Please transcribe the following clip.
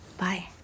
Bye